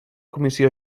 comissió